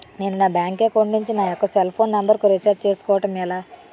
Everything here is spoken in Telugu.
నేను నా బ్యాంక్ అకౌంట్ నుంచి నా యెక్క సెల్ ఫోన్ నంబర్ కు రీఛార్జ్ చేసుకోవడం ఎలా?